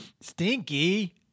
stinky